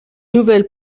nouvelle